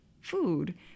food